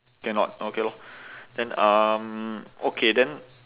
cannot okay lor then um okay then